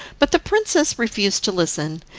but the princess refused to listen,